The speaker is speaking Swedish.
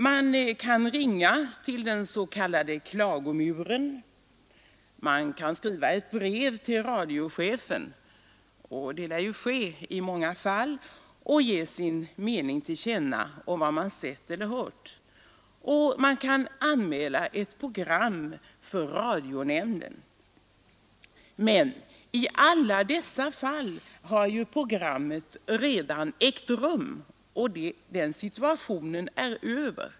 Man kan ringa till den s.k. klagomuren, och man kan skriva brev till radiochefen — det lär ske i många fall — och ge sin mening till känna om vad man sett eller hört. Man kan också anmäla ett program till radionämnden. Men i alla dessa fall har ju programmet redan getts, och den situation man vill påtala är över.